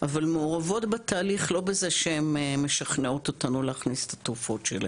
אבל מעורבות בתהליך לא בזה שהן משכנעות אותנו להכניס את התרופות שלהן.